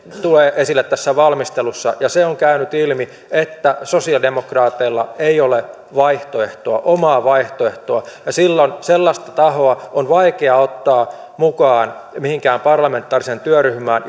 tulee esille tässä valmistelussa se on käynyt ilmi että sosialidemokraateilla ei ole omaa vaihtoehtoa ja silloin sellaista tahoa jolla ei ole omaa näkemystä on vaikea ottaa mukaan mihinkään parlamentaariseen työryhmään